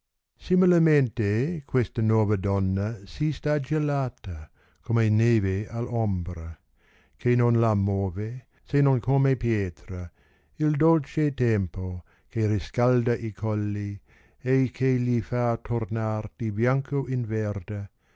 similemente questa nova donpa si sta gelata come neve alp ombra che non la move se non come pietra ii dolce tempo che riscalda i colli che gli fa tornar di bianco in verde